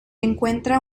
encuentra